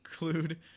include